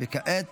כעת